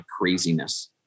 craziness